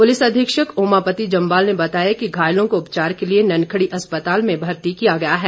police अधीक्षक ओमापति जंबाल ने बताया कि घायलों को उपचार के लिए ननखड़ी अस्पताल में भर्ती किया गया है